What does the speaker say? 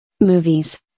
Movies